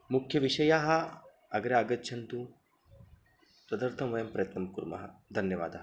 मुख्यविषयाः अग्रे आगच्छन्तु तदर्थं वयं प्रयत्नं कुर्मः धन्यवादः